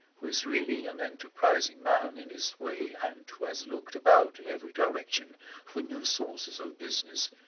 who is really an enterprising man in his way and who has looked about in every direction for new sources of business,